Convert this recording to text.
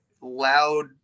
loud